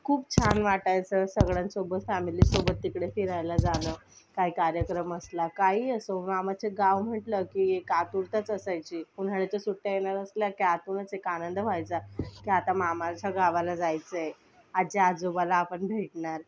खूप छान वाटायचं सगळ्यांसोबत फॅमेलीसोबत तिकडे फिरायला जाणं काय कार्यक्रम असला काही असो मामाचे गाव म्हटलं की एक आतुरताच असायची उन्हाळ्याच्या सुट्ट्या येणार असल्या की आतूनच एक आनंद व्हायचा की आता मामाच्या गावाला जायचं आहे आजी आजोबाला आपण भेटणार